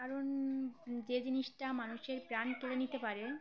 কারণ যে জিনিসটা মানুষের প্রাণ কেড়ে নিতে পারে